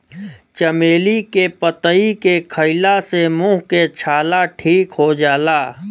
चमेली के पतइ के खईला से मुंह के छाला ठीक हो जाला